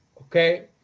Okay